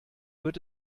wird